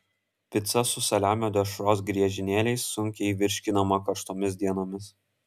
pica su saliamio dešros griežinėliais sunkiai virškinama karštomis dienomis